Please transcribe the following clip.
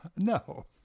No